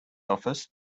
office